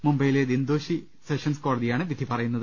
മുംബൈയിലെ ദിൻദോഷി സെഷൻസ് കോടതിയാണ് വിധി പറയുന്നത്